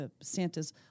Santa's